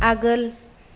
आगोल